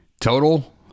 total